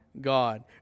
God